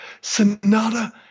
Sonata